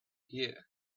year